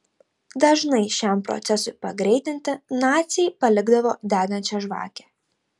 dažnai šiam procesui pagreitinti naciai palikdavo degančią žvakę